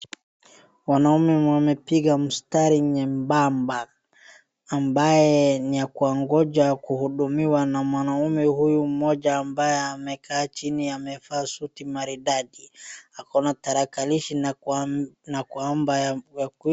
Wanaume wamepiga mstari nyembamba ambayo ni ya kuongoja kuhudumiwa na mwanaume huyu mmoja ambaye amekaa chini amevaa suti maridadi. Ako na tarakilishi na kwa,,,,,,